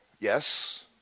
Yes